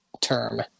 term